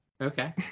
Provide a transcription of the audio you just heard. Okay